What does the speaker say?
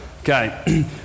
Okay